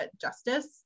justice